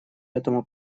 этому